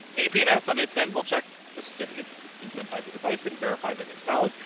apn s on its end will check the certificate. it's been sent by the device and verify that it's valid.